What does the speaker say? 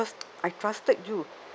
because I trusted you